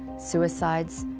suicides,